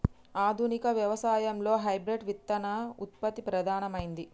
ఆధునిక వ్యవసాయం లో హైబ్రిడ్ విత్తన ఉత్పత్తి ప్రధానమైంది